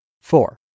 Four